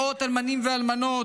מאות אלמנים ואלמנות,